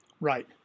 right